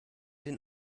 den